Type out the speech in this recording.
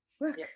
look